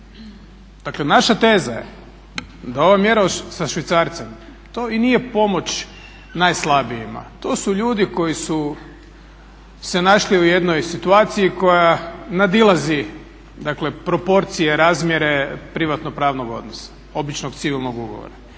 Dakle, naša teza je da ova mjera sa švicarcem to i nije pomoć najslabijima, to su ljudi koji su se našli u jednoj situaciji koja nadilazi dakle proporcije, razmjere privatno-pravnog odnosa običnog civilnog ugovora.